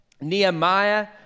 Nehemiah